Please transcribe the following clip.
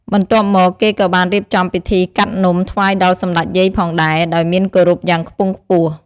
បន្ទាប់មក គេក៏បានរៀបចំពិធីកាត់នំថ្វាយដល់សម្តេចយាយផងដែរ ដោយមានគោរពយ៉ាងខ្ពង់ខ្ពស់។